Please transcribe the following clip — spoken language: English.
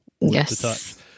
Yes